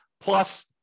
plus